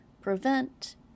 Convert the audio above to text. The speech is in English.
prevent